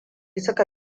suka